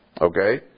Okay